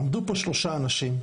עמדו פה שלושה אנשים,